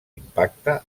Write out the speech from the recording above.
impacte